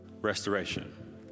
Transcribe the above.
restoration